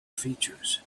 features